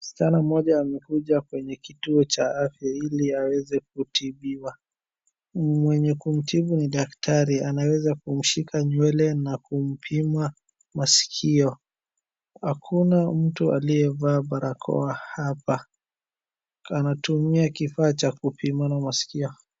Msichana mmoja amekuja kwenye kituo cha afya ili aweze kutibiwa. Mwenye kumtibu ni daktari anaweza kumshika nywele na kumpima maskio. Hakuna mtu aliyevaa barakoa hapa. Anatumia kifaa cha kupimana maskio.